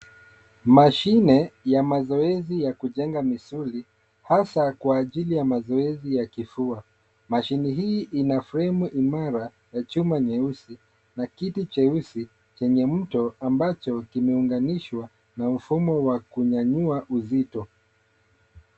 Mashine ya mazoezi ya kujenga misuli, hasa kwa ajili ya mazoezi ya kifua. Mashine hii ina fremu imara ya chuma nyeusi na kiti cheusi chenye mto, ambacho kimeunganishwa na mfumo wa kunyanyua uzito.